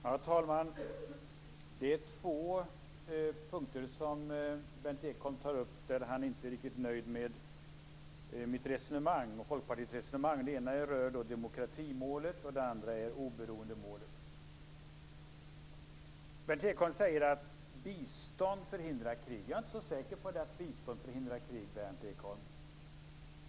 Herr talman! Berndt Ekholm tar upp två punkter som han inte är riktigt nöjd med i mitt och Folkpartiets resonemang. Den ena rör demokratimålet och den andra oberoendemålet. Berndt Ekholm säger att bistånd förhindrar krig. Jag är inte så säker på att bistånd förhindrar krig, Berndt Ekholm.